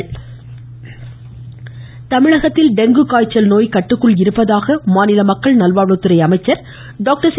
விஜயபாஸ்கர் தமிழகத்தில் டெங்கு காய்ச்சல் நோய் கட்டுக்குள் இருப்பதாக மாநில மக்கள் நல்வாழ்வுத்துறை அமைச்சர் டாக்டர் சி